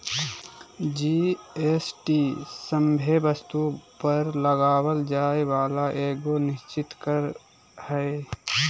GST सभे वस्तु पर लगावल जाय वाला एगो निश्चित कर हय